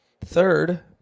Third